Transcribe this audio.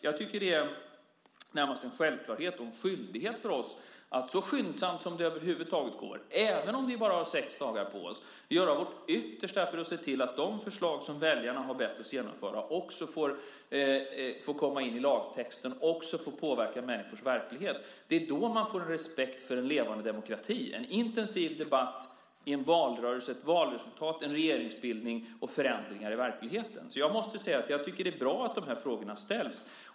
Jag tycker att det närmast är en självklarhet och en skyldighet för oss att så skyndsamt som det över huvud taget går, även om vi bara hade sex dagar på oss, göra vårt yttersta för att se till att de förslag som väljarna har bett oss att genomföra också får komma in i lagtexten och påverka människors verklighet. Det är då man får respekt för en levande demokrati - en intensiv debatt i en valrörelse, ett valresultat, en regeringsbildning och förändringar i verkligheten. Jag måste säga att jag tycker att det är bra att de här frågorna ställs.